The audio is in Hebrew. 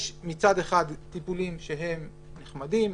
יש מצד אחד טיפולים שהם נחמדים,